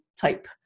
type